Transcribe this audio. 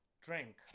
drink